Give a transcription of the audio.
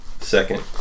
Second